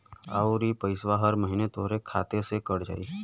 आउर इ पइसवा हर महीना तोहरे खाते से कट जाई